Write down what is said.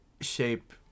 shape